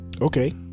Okay